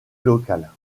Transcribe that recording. locale